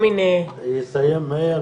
והיד עוד נטויה,